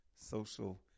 social